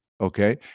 okay